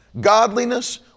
Godliness